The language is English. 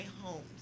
homes